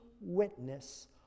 witness